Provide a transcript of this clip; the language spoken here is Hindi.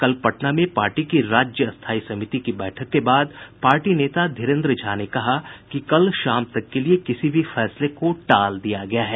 कल पटना में पार्टी की राज्य स्थायी समिति की बैठक के बाद पार्टी नेता धीरेन्द्र झा ने कहा कि कल शाम तक के लिए किसी भी फैसले को टाल दिया गया है